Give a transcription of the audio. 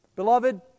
beloved